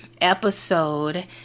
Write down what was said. episode